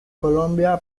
colombia